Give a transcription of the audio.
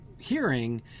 hearing